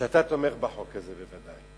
שאתה תומך בחוק הזה, בוודאי.